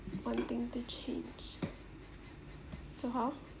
wanting to change so how